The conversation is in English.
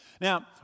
Now